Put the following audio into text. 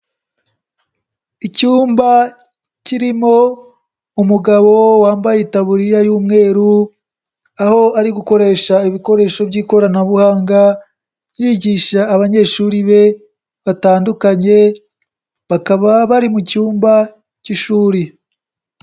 Icyumba kirimo umugabo wambaye itaburiya y'umweru, aho ari gukoresha ibikoresho by'ikoranabuhanga yigisha abanyeshuri be batandukanye, bakaba bari mu cyumba cy'ishuri.